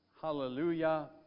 Hallelujah